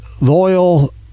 loyal